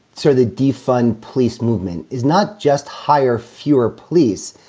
sir, the defund police movement is not just higher, fewer police.